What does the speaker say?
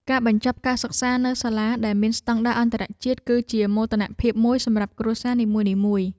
ការបញ្ចប់ការសិក្សានៅសាលាដែលមានស្តង់ដារអន្តរជាតិគឺជាមោទនភាពមួយសម្រាប់គ្រួសារនីមួយៗ។